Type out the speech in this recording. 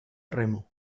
remo